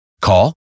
Call